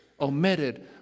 omitted